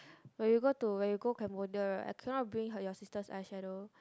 when you go to when you go Cambodia right I cannot bring her your sister's eye shadow